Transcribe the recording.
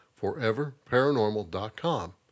foreverparanormal.com